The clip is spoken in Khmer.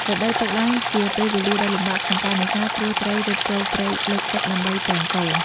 រដូវទឹកឡើង ជាពេលវេលាដ៏លំបាកក្នុងការនេសាទ ព្រោះត្រីរត់ចូលព្រៃលិចទឹកដើម្បីពងកូន។